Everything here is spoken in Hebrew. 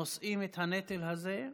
שנושאים את הנטל הזה.